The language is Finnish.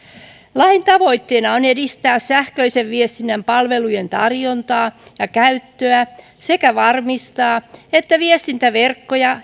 lain tavoitteena on edistää sähköisen viestinnän palvelujen tarjontaa ja käyttöä sekä varmistaa että viestintäverkkoja